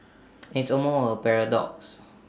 it's almost A paradox